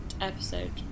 episode